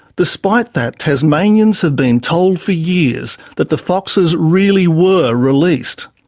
despite that, tasmanians have been told for years that the foxes really were released.